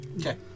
Okay